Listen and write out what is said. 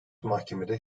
mahkemede